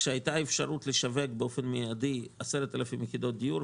כשהייתה אפשרות לשווק באופן מידי 10,000 יחידות דיור,